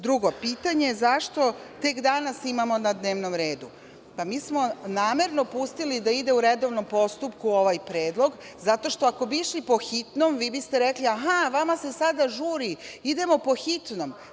Drugo, pitanje zašto tek danas imamo na dnevnom redu, pa mi smo namerno pustili da ide u redovnom postupku ovaj predlog, jer ako bi išli po hitnom vi biste rekli – aha, a vama se sada žuri, idemo po hitnom.